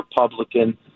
republican